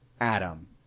Adam